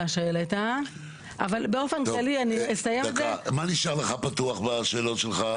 מה נשאר לך פתוח בשאלות שלך?